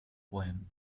poem